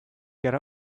get